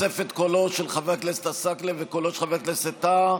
ובתוספת קולם של חבר כנסת עסאקלה וחבר הכנסת טאהא,